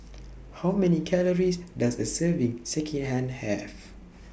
How Many Calories Does A Serving Sekihan Have